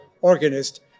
organist